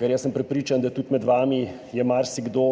ker jaz sem prepričan, da tudi med vami je marsikdo,